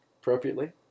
appropriately